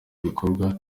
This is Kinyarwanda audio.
bikorwa